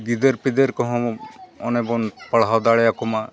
ᱜᱤᱫᱟᱹᱨᱼᱯᱤᱫᱟᱹᱨ ᱠᱚᱦᱚᱸ ᱚᱱᱮ ᱵᱚᱱ ᱯᱟᱲᱦᱟᱣ ᱫᱟᱲᱮᱭᱟᱠᱚᱢᱟ